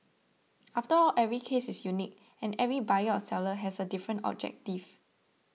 after all every case is unique and every buyer or seller has a different objective